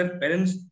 parents